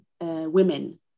women